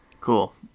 cool